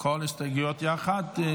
ההסתייגות של